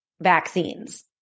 vaccines